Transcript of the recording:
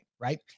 right